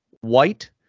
White